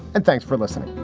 and thanks for listening